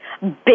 big